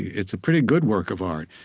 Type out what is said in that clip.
it's a pretty good work of art.